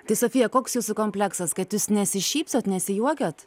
tai sofija koks jūsų kompleksas kad jūs nesišypsot nesijuokiat